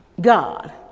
God